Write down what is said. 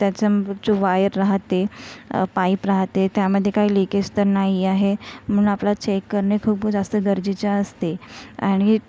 त्याच्या जी वायर राहते पाईप राहते त्यामध्ये काही लीकेज तर नाही आहे म्हणून आपला चेक करणे खूप जास्त गरजेचे असते आणि